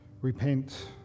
repent